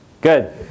Good